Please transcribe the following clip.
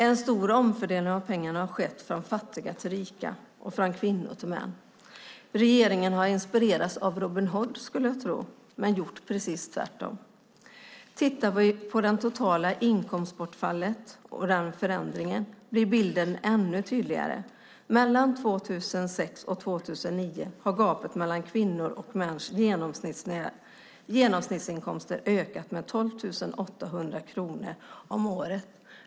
En stor omfördelning av pengarna har skett från fattiga till rika och från kvinnor till män. Regeringen har inspirerats av Robin Hood, skulle jag tro, men gjort precis tvärtom. Tittar vi på det totala inkomstbortfallet och denna förändring blir bilden ännu tydligare. Mellan 2006 och 2009 har gapet mellan kvinnors och mäns genomsnittsinkomster ökat med 12 800 kronor om året.